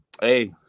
Hey